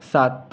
सात